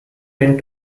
went